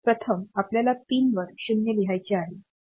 प्रथम आपल्याला पिन वर 0 लिहायचे आहे